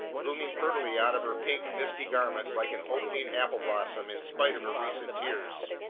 blooming prettily out of her pink, misty garments like an opening apple-blossom in spite of her recent tears.